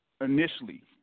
initially